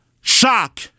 shock